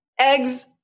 eggs